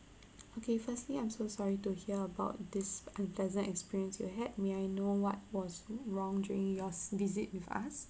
okay firstly I'm so sorry to hear about this unpleasant experience you had may I know what was wrong during your visit with us